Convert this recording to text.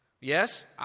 Yes